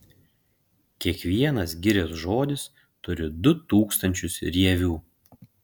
kiekvienas girios žodis turi du tūkstančius rievių